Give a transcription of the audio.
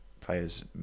players